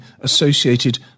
associated